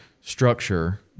structure